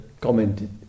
commented